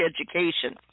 education